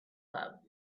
love